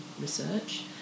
research